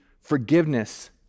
forgiveness